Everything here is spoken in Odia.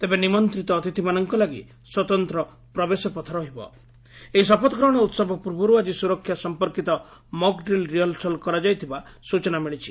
ତେବେ ନିମନ୍ତିତ ଅତିଥିମାନଙ୍କ ଲାଗି ସ୍ୱତନ୍ତ ପ୍ରବେଶପଥ ଏହି ଶପଥଗ୍ରହଣ ଉହବ ପୂର୍ବରୁ ଆକି ସୁରକ୍ଷା ସମ୍ପର୍କିତ ମକ୍ଡ୍ରିଲ ରିହରସଲ କରାଯାଇଥିବା ସ୍ଟଚନା ମିଳିଛି